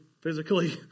physically